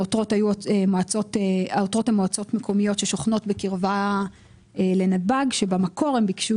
העותרות הן מועצות מקומיות ששוכנות בקרבה לנתב"ג כאשר במקור הן ביקשו